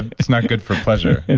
that's not good for pleasure. yeah